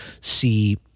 see